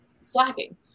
slacking